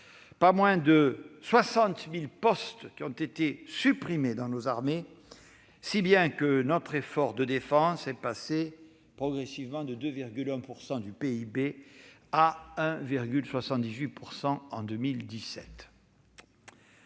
pas moins de 60 000 postes qui ont été supprimés dans nos armées, si bien que notre effort de défense est progressivement passé de 2,1 % à 1,78 % du PIB en 2017.